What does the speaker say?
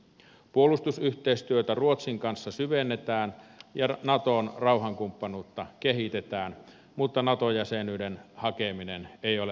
puolustusyhteistyötä ruotsin kanssa syvennetään ja naton rauhankumppanuutta kehitetään mutta nato jäsenyyden hakeminen ei ole ajankohtaista